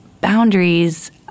boundaries